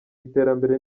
iterambere